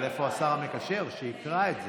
אבל איפה השר המקשר שיקרא את זה?